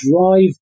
drive